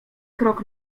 krok